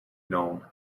known